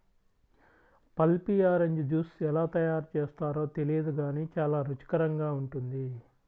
pulpy orange juice ఎలా తయారు చేస్తారో తెలియదు గానీ చాలా రుచికరంగా ఉంటుంది